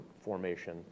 formation